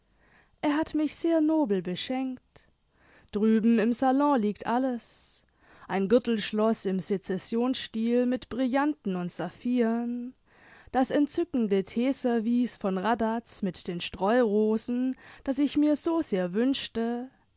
er hat mich sehr nobel beschenkt drüben im salon lieg alles ein gürtelschloß im sezessionsstü mit brillanten und saphiren das entzückende teeservice von raddatz mit den streurosen das ich mir so sehr wünschte